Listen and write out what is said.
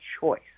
choice